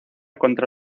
contra